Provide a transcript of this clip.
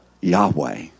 Yahweh